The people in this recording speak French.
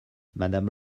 madame